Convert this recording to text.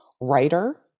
writer